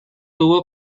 tuvo